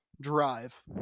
Drive